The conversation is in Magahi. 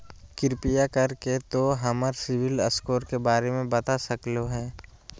कृपया कर के तों हमर सिबिल स्कोर के बारे में बता सकलो हें?